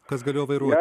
kas galėjo vairuoti